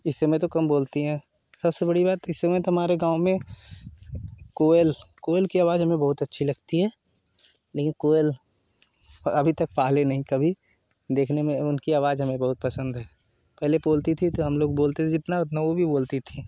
इस समय तो कम बोलती है सबसे बड़ी बात इस समय तो हमारे गाँव में कोयल कोयल की आवाज हमें बहुत अच्छी लगती है लेकिन कोयल अभी तक पाले नहीं कभी देखने में उनकी आवाज हमें बहुत पसंद है पहले बोलती थी तो हम लोग बोलते जितना उतना वो भी बोलती थी